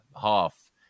half